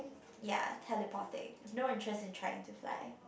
ya teleporting no interest in trying to fly